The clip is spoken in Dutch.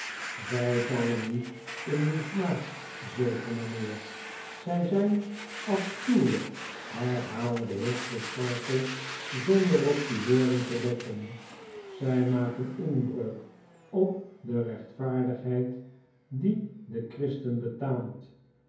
zy vallen niet in uw smaak zeker meneer zy zijn afschuwelyk herhaalde de heer crisparkle zonder op die woorden te letten zij maken inbreuk op de rechtvaardigheid die den christen betaamt